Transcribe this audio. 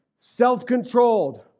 self-controlled